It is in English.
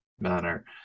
manner